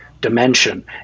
dimension